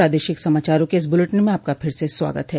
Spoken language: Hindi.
प्रादेशिक समाचारों के इस ब्रलेटिन में आपका फिर से स्वागत है